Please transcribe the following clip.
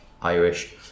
Irish